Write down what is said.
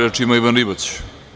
Reč ima Ivan Ribać.